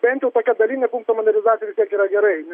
bent jau tokia dalinė punkto modernizacija vis tiek yra gerai